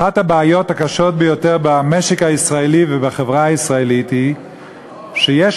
אחת הבעיות הקשות ביותר במשק הישראלי ובחברה הישראלית היא שיש